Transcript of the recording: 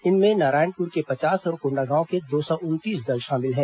इनमें नारायणपुर के पचास और कोंडागांव के दो सौ उनतीस दल शामिल हैं